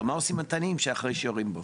אבל מה עושים עם התנים אחרי שיורים בהם?